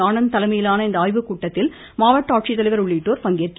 ஆனந்த் தலைமையிலான இந்த ஆய்வுக் கூட்டத்தில் மாவட்ட ஆட்சிததலைவர் உள்ளிட்டோர் பங்கேற்கின்றனர்